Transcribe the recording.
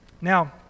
Now